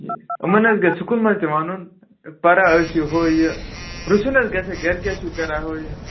ٹھیٖک حظ یِمن حظ گَژھہِ سُکوٗل منٛز تہِ وَنُن پَران ٲسِو ہُہ یہِ پرژھُن حظ گَژھکھ گَرِ کیٛاہ چھُو کَران ہُہ یہِ